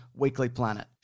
weeklyplanet